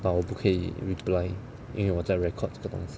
but 我不可以 reply 因为我在 record 这个东西